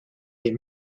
des